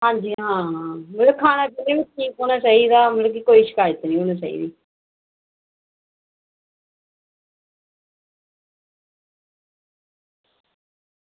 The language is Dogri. आं जी आं एह् खाना ठीक होना चाहिदा कोई शिकायत निं होना चाहिदी